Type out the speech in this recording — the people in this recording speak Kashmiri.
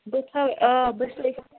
بہٕ تھاوٕ آ بہٕ چھَس ییٚکہِ